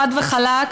חד וחלק,